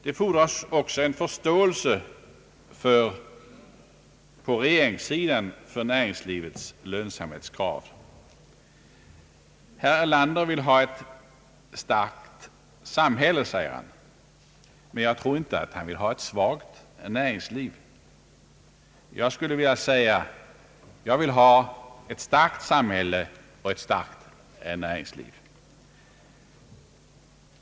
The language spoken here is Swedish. Det fordras en förståelse på regeringssidan för näringslivets lönsamhetskrav. Herr Erlander säger sig vilja ha ett starkt samhälle. Jag tror inte att han därför vill ha ett svagt näringsliv. Jag vill ha ett starkt samhälle och ett starkt näringsliv.